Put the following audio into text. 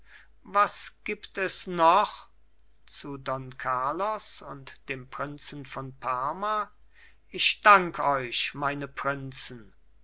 was gibt es noch zu don carlos und dem prinzen von parma ich dank euch meine prinzen